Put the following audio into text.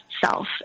self